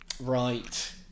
Right